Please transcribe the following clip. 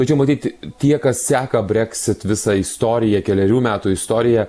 tačiau matyt tie kas seka breksit visą istoriją kelerių metų istoriją